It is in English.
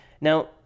Now